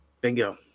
Bingo